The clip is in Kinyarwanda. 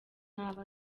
nabo